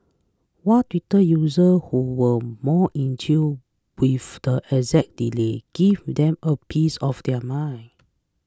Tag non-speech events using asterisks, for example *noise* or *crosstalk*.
while Twitter users who were more in tune with the exact delay gave them a piece of their mind *noise*